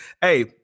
Hey